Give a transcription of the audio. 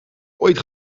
ooit